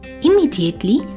Immediately